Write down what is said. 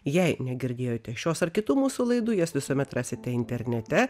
jei negirdėjote šios ar kitų mūsų laidų jas visuomet rasite internete